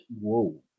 whoa